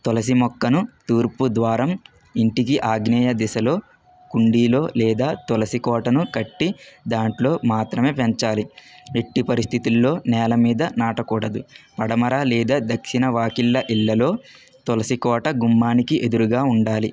తులసి మొక్కను తూర్పు ద్వారం ఇంటికి ఆగ్నేయ దిశలో కుండీలో లేదా తులసి కోటను కట్టి దాంట్లో మాత్రమే పెంచాలి ఎట్టి పరిస్థితులలో నేల మీద నాటకూడదు పడమర లేదా దక్షిణ వాకిళ్ళ ఇళ్ళలో తులసి కోట గుమ్మానికి ఎదురుగా ఉండాలి